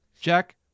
Jack